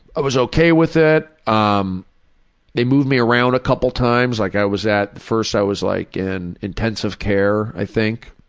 i was ok with it. um they moved me around a couple times. like i was at first i was like in intensive care i think,